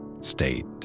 State